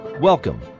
Welcome